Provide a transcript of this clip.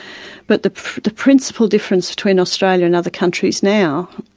but the the principal difference between australia and other countries now,